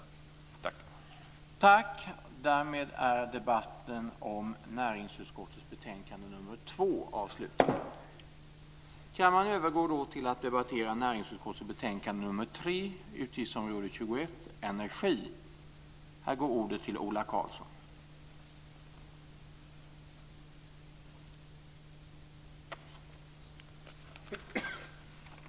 Tack!